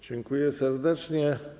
Dziękuję serdecznie.